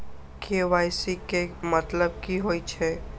KYC के मतलब कि होई छै?